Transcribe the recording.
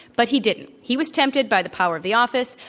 but he didn't. he was tempted by the power of the office,